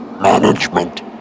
management